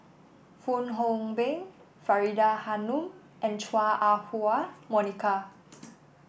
Fong Hoe Beng Faridah Hanum and Chua Ah Huwa Monica